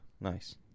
Nice